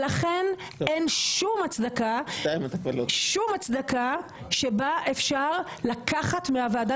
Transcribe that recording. לכן אין שום הצדקה שבה אפשר לקחת מהוועדה